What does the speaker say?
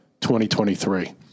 2023